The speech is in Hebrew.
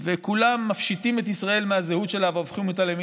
וכולם מפשיטים את ישראל מהזהות שלה והופכים אותה לאיזו